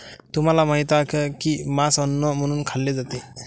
तुम्हाला माहित आहे का की मांस अन्न म्हणून खाल्ले जाते?